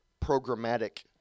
programmatic